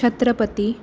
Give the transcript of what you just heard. Chhatrapati